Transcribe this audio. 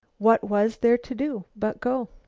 what was there to do but go?